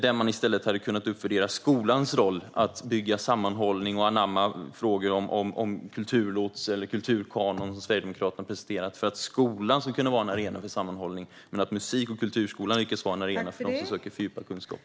Man hade i stället kunnat uppvärdera skolans roll i att bygga sammanhållning och anamma frågor om kulturlots eller kulturkanon, som Sverigedemokraterna har presenterat, för att skolan ska kunna vara en arena för sammanhållning medan musik och kulturskolan får vara en arena för dem som söker fördjupad kunskap.